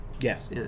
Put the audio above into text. Yes